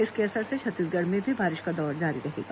इसके असर से छत्तीसगढ़ में भी बारिश का दौर जारी रहेगा